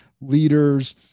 leaders